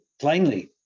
plainly